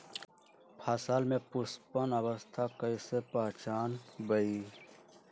फसल में पुष्पन अवस्था कईसे पहचान बई?